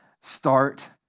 start